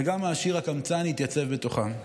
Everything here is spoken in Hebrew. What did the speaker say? וגם העשיר הקמצן התייצב בתוכם.